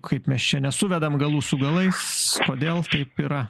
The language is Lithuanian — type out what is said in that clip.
kaip mes čia nesuvedam galų su galais kodėl taip yra